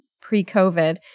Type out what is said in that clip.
pre-COVID